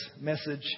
message